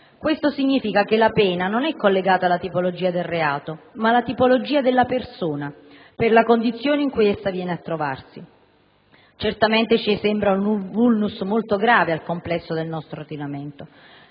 Questo significa che la pena non è collegata alla tipologia del reato, ma della persona, per la condizione in cui essa viene a trovarsi. Certamente ci sembra un *vulnus* molto grave al complesso del nostro ordinamento.